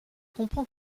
comprends